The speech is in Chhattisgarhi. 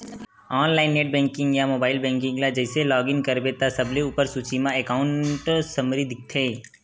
ऑनलाईन नेट बेंकिंग या मोबाईल बेंकिंग ल जइसे लॉग इन करबे त सबले उप्पर सूची म एकांउट समरी दिखथे